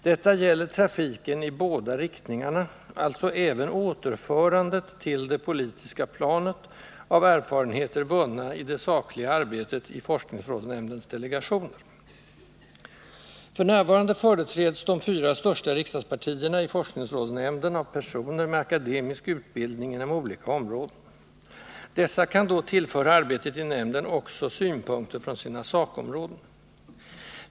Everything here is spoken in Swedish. Detta gäller tratiken i båda riktningarna — alltså även återförandet till det politiska planet av erfarenheter vunna i det sakliga arbetet i forskningsrådsnämndens delegationer. F.n. företräds de fyra största riksdagspartierna i forskningsrådsnämnden av personer med akademisk utbildning inom olika områden. Dessa kan då tillföra arbetet i nämnden också synpunkter från sina sakområden.